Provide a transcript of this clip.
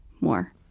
more